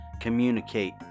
communicate